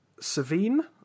Savine